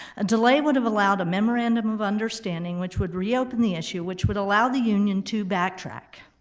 a delay would've allowed a memorandum of understanding which would reopen the issue, which would allow the union to backtrack.